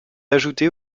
ajoutée